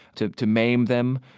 to to maim them,